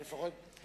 אבל לפחות,